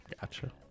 gotcha